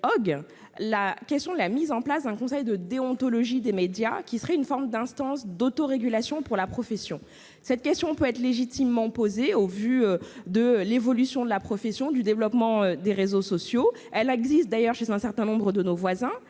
réflexion sur la mise en place d'un conseil de déontologie des médias, qui serait une forme d'instance d'autorégulation de la profession. Cette question peut être légitimement posée, au vu de l'évolution de la profession et du développement des réseaux sociaux. Une telle instance existe d'ailleurs chez un certain nombre de nos voisins.